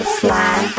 fly